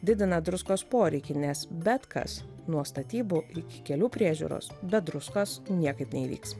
didina druskos poreikį nes bet kas nuo statybų iki kelių priežiūros be druskos niekaip neįvyks